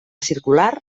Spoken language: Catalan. circular